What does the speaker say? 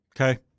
Okay